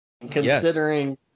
considering